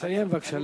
לסיים בבקשה.